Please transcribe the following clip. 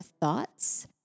thoughts